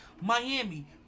Miami